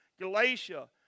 Galatia